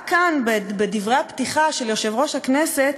רק כאן בדברי הפתיחה של יושב-ראש הכנסת,